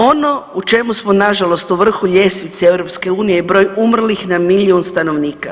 Ono u čemu smo nažalost u vrhu ljestvice EU i broj umrlih na milijun stanovnika.